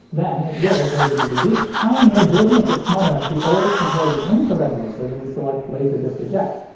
then it will play the dvd. pioneer did make it smart enough to always prepare the infrared laser when you select laserdisc eject,